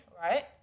right